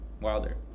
Wilder